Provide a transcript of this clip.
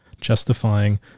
justifying